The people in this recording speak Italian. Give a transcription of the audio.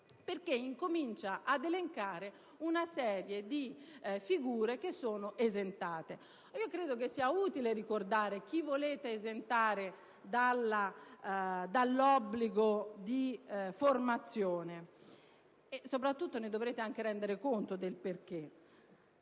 perché incomincia a elencare una serie di figure che sono esentate. Credo che sia utile ricordare chi volete esentare dall'obbligo di formazione; soprattutto, dovrete anche rendere conto del perché